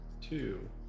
Two